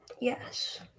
Yes